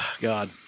God